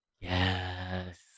Yes